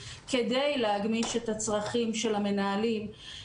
כדי להגמיש את הצרכים של המנהלים.